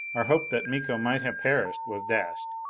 our hope that miko might have perished was dashed.